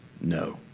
No